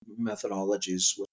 methodologies